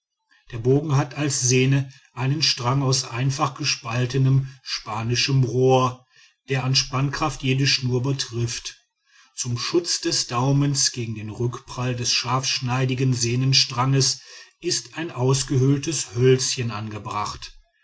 der bogen hat als sehne einen strang aus einfach gespaltenem spanischem rohr der an spannkraft jede schnur übertrifft zum schutz des daumens gegen den rückprall des scharfschneidigen sehnenstranges ist ein ausgehöhltes hölzchen angebracht